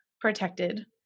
protected